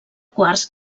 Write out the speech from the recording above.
quars